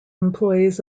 employees